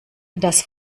das